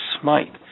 smite